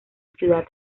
ciudad